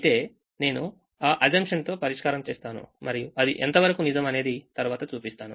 అయితే నేను ఆఅసెన్షన్ తో పరిష్కారం చేస్తాను మరియు అది ఎంతవరకు నిజం అనేది తర్వాత చూపిస్తా